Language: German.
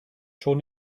schon